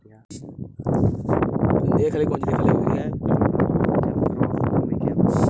कितना पइसा लागि खाता खोले में साहब?